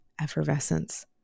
effervescence